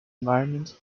environment